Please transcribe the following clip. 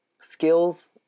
skills